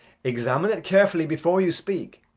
examine it carefully before you speak.